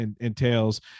entails